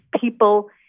people